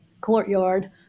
courtyard